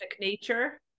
nature